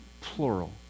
Plural